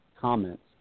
comments